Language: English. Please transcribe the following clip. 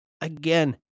Again